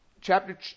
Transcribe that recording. chapter